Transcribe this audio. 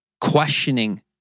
questioning